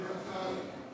אדוני השר,